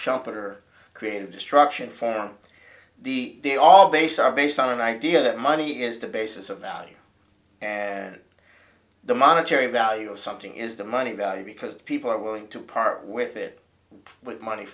shelter creative destruction for the day all based are based on an idea that money is the basis of value and the monetary value of something is the money value because people are willing to part with it with money